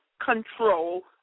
control